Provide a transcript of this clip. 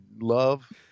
love